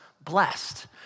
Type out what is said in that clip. blessed